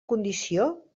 condició